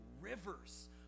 rivers